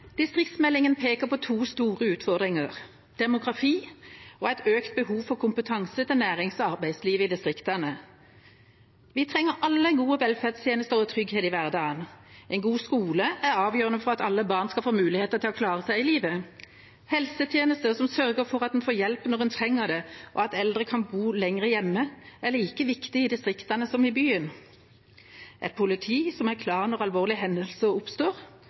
peker på to store utfordringer – demografi og et økt behov for kompetanse til arbeids- og næringslivet i distriktene. Vi trenger alle gode velferdstjenester og trygghet i hverdagen. En god skole er avgjørende for at alle barn skal få muligheter til å klare seg i livet. Helsetjenester som sørger for at en får hjelp når en trenger det, og at eldre kan bo lenger hjemme, er like viktig i distriktene som i byen. Det samme er et politi som står klart når alvorlige hendelser oppstår.